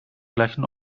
gleichen